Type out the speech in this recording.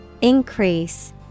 Increase